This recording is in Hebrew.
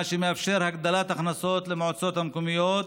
מה שמאפשר הגדלת הכנסות למועצות המקומיות,